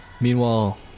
Meanwhile